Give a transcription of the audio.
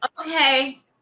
okay